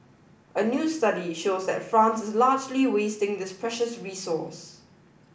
a new study shows that France is largely wasting this precious resource